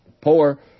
Poor